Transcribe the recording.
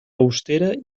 austera